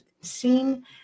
seen